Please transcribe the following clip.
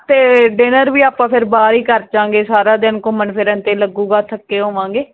ਅਤੇ ਡਿਨਰ ਵੀ ਆਪਾਂ ਫਿਰ ਬਾਹਰ ਹੀ ਕਰ ਜਾਂਗੇ ਸਾਰਾ ਦਿਨ ਘੁੰਮਣ ਫਿਰਨ 'ਤੇ ਲੱਗੂਗਾ ਥੱਕੇ ਹੋਵਾਂਗੇ